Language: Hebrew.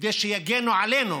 וכדי שיגנו עלינו